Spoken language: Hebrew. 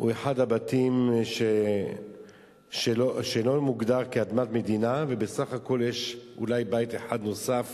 הוא אחד הבתים שלא מוגדר כאדמת מדינה ובסך הכול יש אולי בית אחד נוסף